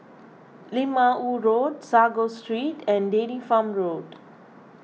Lim Ah Woo Road Sago Street and Dairy Farm Road